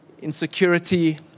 Insecurity